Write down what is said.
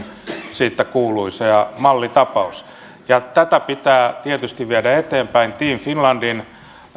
siitä kuuluisa ja mallitapaus tätä pitää tietysti viedä eteenpäin team finlandin